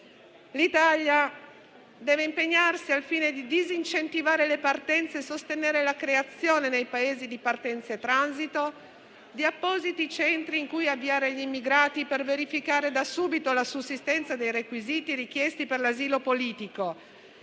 L'Italia deve impegnarsi al fine di disincentivare le partenze e sostenere la creazione, nei Paesi di partenza e transito, di appositi centri in cui avviare gli immigrati per verificare da subito la sussistenza dei requisiti richiesti per l'asilo politico.